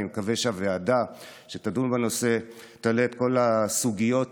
אני מקווה שהוועדה שתדון בנושא תעלה את כל הסוגיות